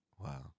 Wow